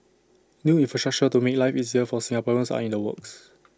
new infrastructure to make life easier for Singaporeans are in the works